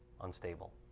unstable